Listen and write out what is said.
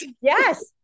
Yes